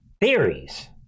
theories